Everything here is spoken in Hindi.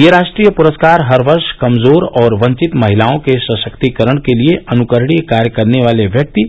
ये राष्ट्रीय पुरस्कार हर वर्ष कमजोर और वंचित महिलाओं के सशक्तीकरण के लिए अनुकरणीय कार्य करने वाले व्यक्ति